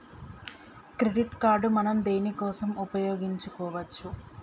Credit card మనం దేనికోసం ఉపయోగించుకోవచ్చు?